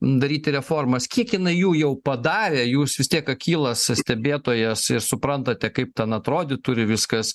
daryti reformas kiek jinai jų jau padarė jūs vis tiek akylas stebėtojas ir suprantate kaip ten atrodyt turi viskas